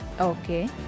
Okay